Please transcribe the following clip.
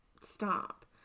stop